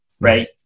right